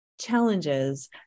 challenges